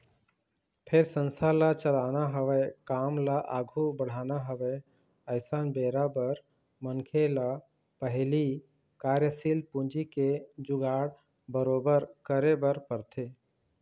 फेर संस्था ल चलाना हवय काम ल आघू बढ़ाना हवय अइसन बेरा बर मनखे ल पहिली कार्यसील पूंजी के जुगाड़ बरोबर करे बर परथे